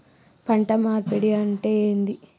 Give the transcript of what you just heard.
పంట మార్పిడి అంటే ఏంది?